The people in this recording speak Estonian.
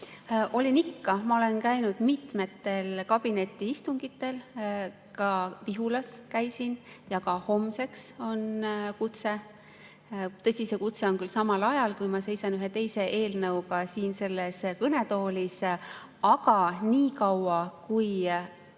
Olin ikka. Ma olen käinud mitmetel kabinetiistungitel, ka Vihulas käisin ja ka homseks on kutse. Tõsi, see kutse on küll [nõupidamisele, mis on] samal ajal, kui ma seisan ühe teise eelnõuga siin selles kõnetoolis. Aga nii kaua, kui